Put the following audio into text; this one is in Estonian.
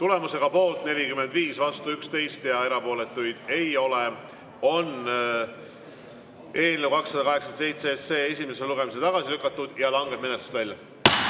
Tulemusega poolt 45, vastu 11, erapooletuid ei ole, on eelnõu 287 esimesel lugemisel tagasi lükatud ja langeb menetlusest välja.